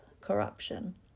Corruption